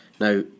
Now